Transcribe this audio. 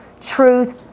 Truth